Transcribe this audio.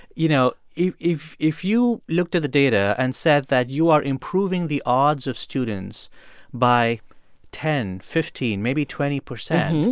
you know, if if you looked at the data and said that you are improving the odds of students by ten, fifteen, maybe twenty percent,